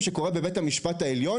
משרד החקלאות,